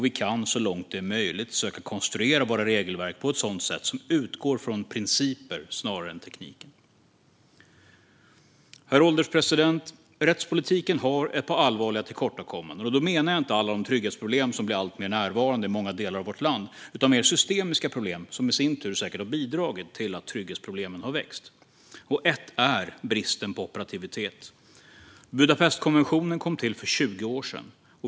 Vi kan så långt det är möjligt söka konstruera våra regelverk på ett sätt som utgår från principer snarare än tekniken. Herr ålderspresident! Rättspolitiken har ett par allvarliga tillkortakommanden. Då menar jag inte alla de trygghetsproblem som blir alltmer närvarande i många delar av vårt land, utan mer systemiska problem, som i sin tur säkert har bidragit till att trygghetsproblemen har växt. Ett av dem är bristen på operativitet. Budapestkonventionen kom till för 20 år sedan.